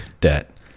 debt